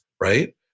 Right